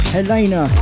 Helena